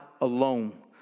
alone